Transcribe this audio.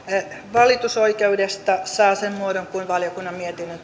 valitusoikeudesta saa sen muodon kuin on valiokunnan mietinnön